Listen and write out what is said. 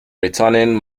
returning